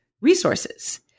resources